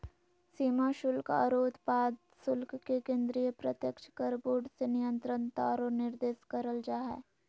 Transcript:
सीमा शुल्क आरो उत्पाद शुल्क के केंद्रीय प्रत्यक्ष कर बोर्ड से नियंत्रण आरो निर्देशन करल जा हय